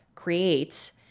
Creates